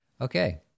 Okay